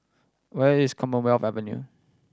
where is Commonwealth Avenue